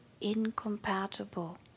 incompatible